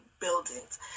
buildings